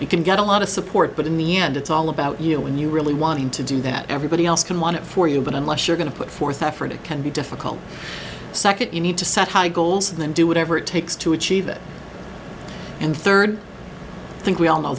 you can get a lot of support but in the end it's all about you when you really wanting to do that everybody else can monitor for you but unless you're going to put forth effort it can be difficult second you need to set high goals and then do whatever it takes to achieve it and third i think we all know